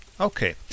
Okay